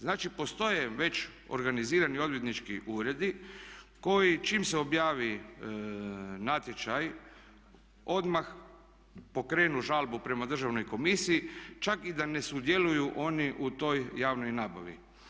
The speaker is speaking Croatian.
Znači, postoje već organizirani odvjetnički uredi koji čim se objavi natječaj odmah pokrenu žalbu prema Državnoj komisiji, čak i da ne sudjeluju oni u toj javnoj nabavi.